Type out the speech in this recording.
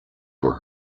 for